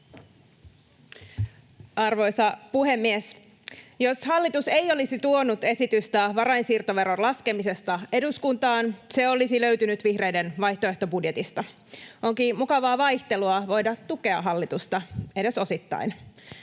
Arvoisa puhemies! Jos hallitus ei olisi tuonut esitystä varainsiirtoveron laskemisesta eduskuntaan, se olisi löytynyt vihreiden vaihtoehtobudjetista. Onkin mukavaa vaihtelua voida tukea hallitusta, edes osittain.